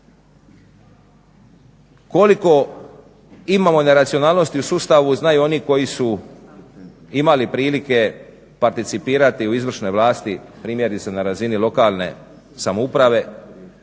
Koliko imamo neracionalnosti u sustavu znaju oni koji su imali prilike participirati u izvršnoj vlasti primjerice na razini lokalne samouprave,